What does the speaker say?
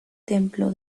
templo